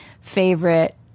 favorite